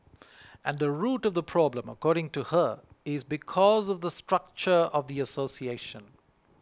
and the root of the problem according to her is because of the structure of the association